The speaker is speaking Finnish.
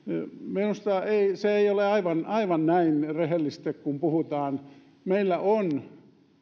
minusta se ei ole aivan aivan näin rehellisesti kun puhutaan